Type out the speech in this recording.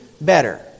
better